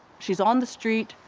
she's on the street,